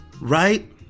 Right